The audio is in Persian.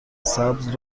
سبز